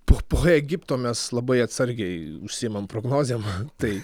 po po egipto mes labai atsargiai užsiimam prognozėm tai